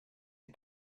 the